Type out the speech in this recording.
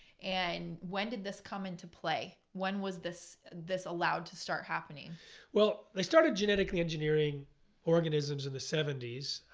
and when did this come into play? when was this this allowed to start happening? jeffrey well, they started genetically engineering organisms in the seventy s.